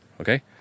okay